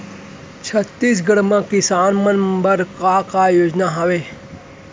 छत्तीसगढ़ म किसान मन बर का का योजनाएं हवय?